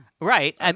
Right